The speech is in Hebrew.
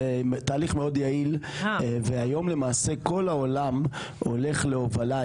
זה תהליך מאוד יעיל והיום למעשה כל העולם הולך להובלה.